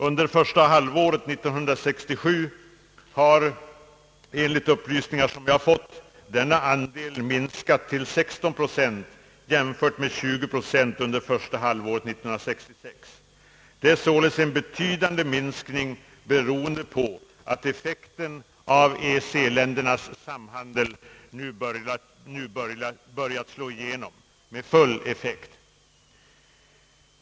Under första halvåret 1967 har, enligt upplysningar jag fått, denna andel minskat till 16 procent jämfört med 20 procent under första halvåret 1966. Det är således en betydande minskning, beroende på att effekten av EEC-ländernas samhandel nu börjar slå igenom med full effekt.